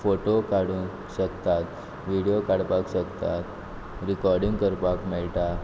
photo काडून शकतात video काडपाक शकतात रिकोडींग करपाक मेळटा